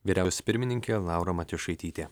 vyriausi pirmininkė laura matjošaitytė